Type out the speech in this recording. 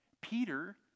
Peter